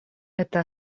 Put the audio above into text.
это